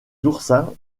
oursins